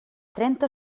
trenta